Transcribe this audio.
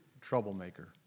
troublemaker